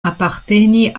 aparteni